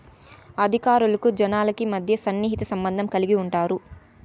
అధికారులకు జనాలకి మధ్య సన్నిహిత సంబంధం కలిగి ఉంటారు